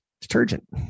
detergent